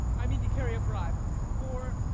i mean to carry a bribe for,